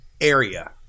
area